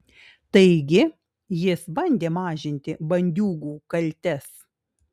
taigi jis bandė mažinti bandiūgų kaltes